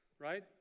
right